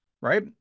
right